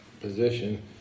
position